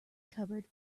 cupboard